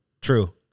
True